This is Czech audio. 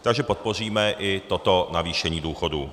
Takže podpoříme i toto navýšení důchodů.